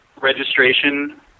registration